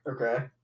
Okay